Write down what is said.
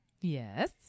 yes